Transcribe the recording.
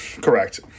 Correct